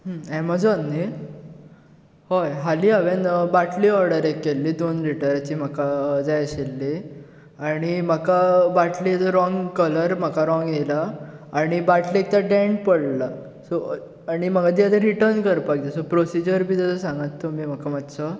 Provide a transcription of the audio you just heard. Amazon न्ही हय हालीं हांवे बाटली ऑर्डर एक केल्ली दोन लिटराची म्हाका जाय आशिल्ली आनी म्हाका बाटलेचो रोंग कलर म्हाका रोंग येयला आनी बाटलेक तर डेंट पडला सो आनी म्हाका ती आता रिटर्न करपाक जाय सो प्रोसिजर बी ताचो सांगात तुमी म्हाका मातसो